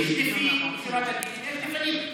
יש לפי שורת הדין ויש לפנים.